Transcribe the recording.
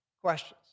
questions